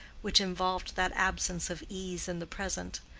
which involved that absence of ease in the present.